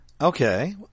Okay